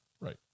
Right